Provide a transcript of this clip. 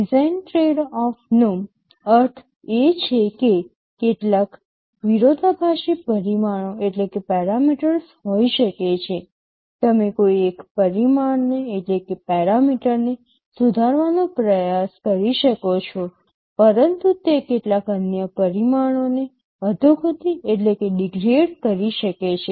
design ટ્રેડઓફનો અર્થ એ છે કે કેટલાક વિરોધાભાસી પરિમાણો હોઈ શકે છે તમે કોઈ એક પરિમાણ ને સુધારવાનો પ્રયાસ કરી શકો છો પરંતુ તે કેટલાક અન્ય પરિમાણોને અધોગતિ કરી શકે છે